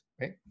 right